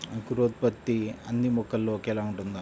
అంకురోత్పత్తి అన్నీ మొక్కల్లో ఒకేలా ఉంటుందా?